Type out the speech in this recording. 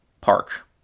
park